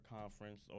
conference